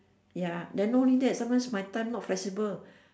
ya then not only sometimes my time not flexible